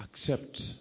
accept